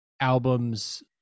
albums